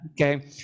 Okay